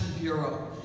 Bureau